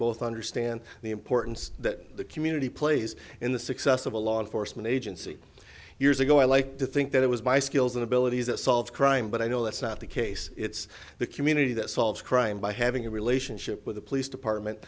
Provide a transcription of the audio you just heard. both understand the importance that the community plays in the success of a law enforcement agency years ago i like to think that it was my skills and abilities that solve crime but i know that's not the case it's the community that solves crime by having a relationship with the police department